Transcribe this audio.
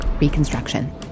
Reconstruction